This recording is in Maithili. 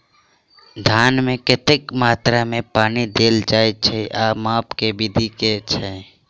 धान मे कतेक मात्रा मे पानि देल जाएँ छैय आ माप केँ विधि केँ छैय?